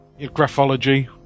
Graphology